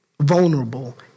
vulnerable